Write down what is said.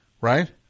Right